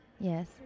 Yes